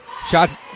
Shots